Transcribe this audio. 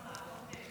אוקיי.